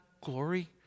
glory